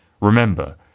Remember